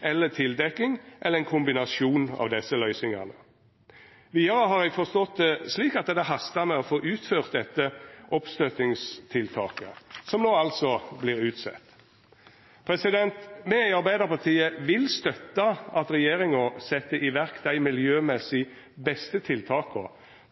eller tildekking, eller ein kombinasjon av desse løysingane. Vidare har eg forstått det slik at det hastar med å få utført dette oppstøttingstiltaket, som no altså vert utsett. Me i Arbeidarpartiet vil støtta at regjeringa set i verk dei miljømessig beste tiltaka